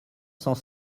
cent